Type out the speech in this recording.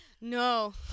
No